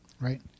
right